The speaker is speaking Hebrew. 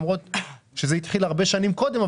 למרות שזה כבר התחיל הרבה שנים קודם.